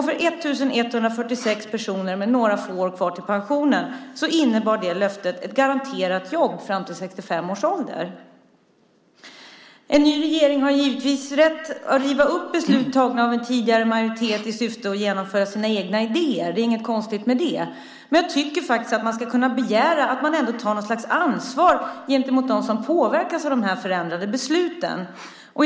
För 1 146 personer med några få år kvar till pensionen innebar det löftet ett garanterat jobb fram till 65 års ålder. En ny regering har givetvis rätt att riva upp beslut tagna av en tidigare majoritet i syfte att genomföra sina egna idéer. Det är inte något konstigt med det. Men jag tycker att man kan begära att den ändå tar något slags ansvar gentemot dem som påverkas av de förändrade besluten.